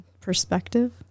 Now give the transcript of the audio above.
perspective